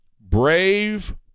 brave